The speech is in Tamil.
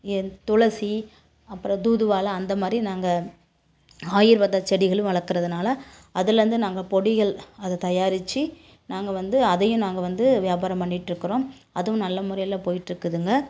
என் துளசி அப்புறம் தூதுவளை அந்த மாதிரி நாங்கள் ஆயுர்வேத செடிகளும் வளர்க்கறதுனால அதிலேருந்து நாங்கள் பொடிகள் அதை தயாரித்து நாங்கள் வந்து அதையும் நாங்கள் வந்து வியாபாரம் பண்ணிகிட்ருக்கறோம் அதுவும் நல்ல முறையில் போய்கிட்ருக்குதுங்க